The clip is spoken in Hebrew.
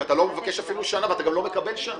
כי אתה לא נותן שנה ולא מקבל שנה.